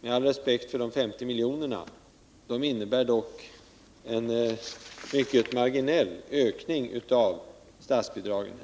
innebär de 50 miljonerna — med all respekt för beloppets storlek — bara en marginell ökning av statsbidraget.